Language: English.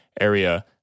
area